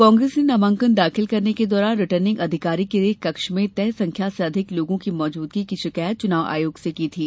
कांग्रेस ने नामांकन दाखिल करने के दौरान रिटर्निंग अधिकारी के कक्ष में तय संख्या से अधिक लोगों की मौजूदगी की शिकायत चुनाव आयोग से की थी